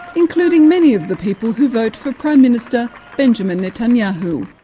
including many of the people who vote for prime minister benjamin netanyahu.